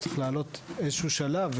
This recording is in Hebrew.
לעלות איזה שהוא שלב.